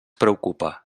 preocupa